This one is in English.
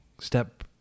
step